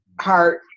heart